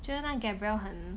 觉得那 gabrielle 很